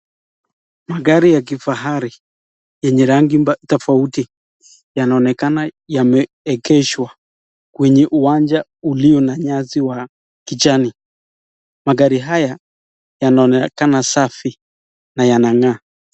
Gari ya kifahari lenye rangi tofauti, yanaonkana yameegeshwa kwenye uwanja ulio na nyasi ya kijani, magari haya yanaonekana safi na yanang'aa.